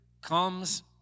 comes